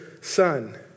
son